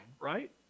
right